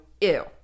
ew